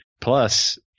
Plus